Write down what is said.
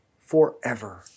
forever